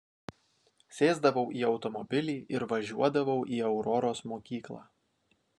sėsdavau į automobilį ir važiuodavau į auroros mokyklą